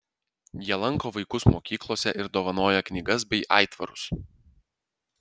jie lanko vaikus mokyklose ir dovanoja knygas bei aitvarus